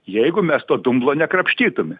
jeigu mes to dumblo nekrapštytume